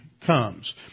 comes